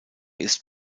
ist